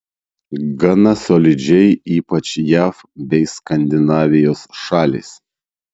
gana solidžiai ypač jav bei skandinavijos šalys